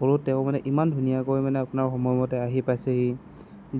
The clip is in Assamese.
হ'লেও তেওঁ মানে ইমান ধুনীয়াকৈ মানে আপোনাৰ সময়মতে আহি পাইছেহি